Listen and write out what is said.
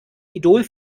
idol